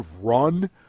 run